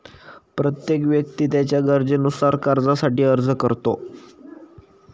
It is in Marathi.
प्रत्येक व्यक्ती त्याच्या गरजेनुसार कर्जासाठी अर्ज करतो